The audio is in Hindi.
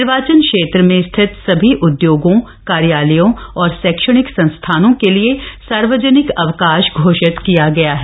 निर्वाचन क्षेत्र में स्थित सभी उद्योगों कार्यालयों और शैक्षणिक संस्थानों के लिए सार्वजनिक अवकाश घोषित किया गया है